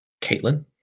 Caitlin